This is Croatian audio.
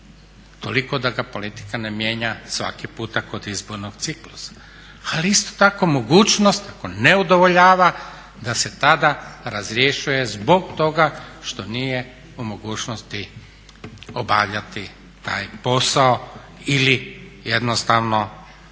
toliko da ga politika ne mijenja svaki puta kod izbornog ciklusa. Ali isto tako mogućnost ako ne udovoljava da se tada razrješuje zbog toga što nije u mogućnosti obavljati taj posao ili jednostavno